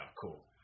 cool